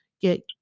get